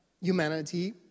humanity